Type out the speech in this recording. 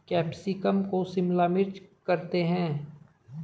capsicum को शिमला मिर्च करते हैं